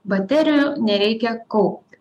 baterijų nereikia kaupti